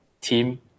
team